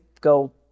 go